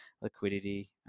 liquidity